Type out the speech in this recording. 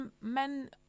men